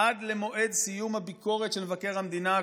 "עד למועד סיום הביקורת" של מבקר המדינה,